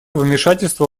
вмешательства